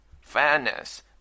fairness